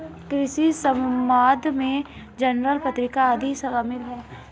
कृषि समवाद में जर्नल पत्रिका आदि शामिल हैं